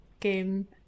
Game